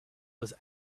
was